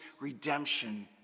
redemption